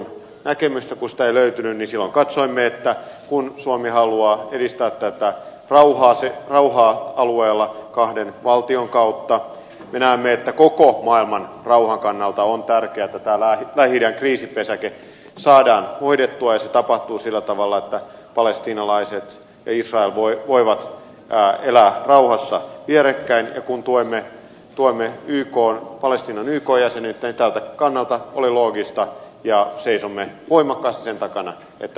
kun sitä ei löytynyt niin silloin katsoimme että kun suomi haluaa edistää rauhaa alueella kahden valtion kautta me näemme että koko maailmanrauhan kannalta on tärkeätä että tämä lähi idän kriisipesäke saadaan hoidettua ja se tapahtuu sillä tavalla että palestiinalaiset ja israel voivat elää rauhassa vierekkäin ja kun tuemme palestiinan yk jäsenyyttä niin tältä kannalta oli loogista ja seisomme voimakkaasti sen takana että